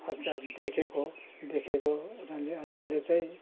अन्त देखेको देखेको अनि अब तेल्ले चाहिँ